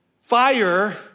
Fire